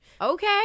Okay